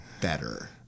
better